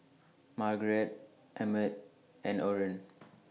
Margeret Emmett and Orren